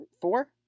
four